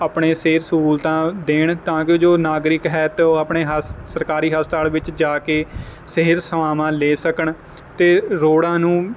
ਆਪਣੇ ਸਿਹਤ ਸਹੂਲਤਾਂ ਦੇਣ ਤਾਂ ਕਿ ਜੋ ਨਾਗਰਿਕ ਹੈ ਅਤੇ ਉਹ ਆਪਣੇ ਹਸ ਸਰਕਾਰੀ ਹਸਪਤਾਲ ਵਿੱਚ ਜਾ ਕੇ ਸਿਹਤ ਸੇਵਾਵਾਂ ਲੈ ਸਕਣ ਅਤੇ ਰੋਡਾਂ ਨੂੰ